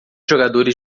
jogadores